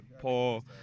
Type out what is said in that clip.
Paul